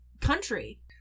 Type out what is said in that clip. country